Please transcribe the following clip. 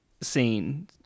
scene